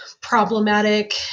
problematic